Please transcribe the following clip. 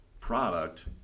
product